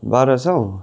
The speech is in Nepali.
बाह्र सय